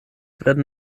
werden